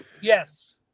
yes